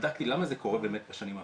בדקתי למה זה קורה בשנים האחרונות,